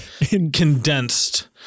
condensed